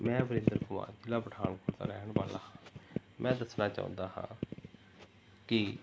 ਮੈਂ ਵਰਿੰਦਰ ਕੁਮਾਰ ਜ਼ਿਲ੍ਹਾ ਪਠਾਨਕੋਟ ਦਾ ਰਹਿਣ ਵਾਲਾ ਹਾਂ ਮੈਂ ਦੱਸਣਾ ਚਾਹੁੰਦਾ ਹਾਂ ਕਿ